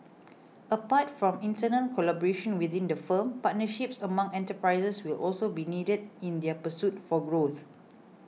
apart from internal collaboration within the firm partnerships among enterprises will also be needed in their pursuit for growth